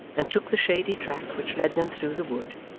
and took the shady track which led them through the wood,